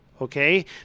Okay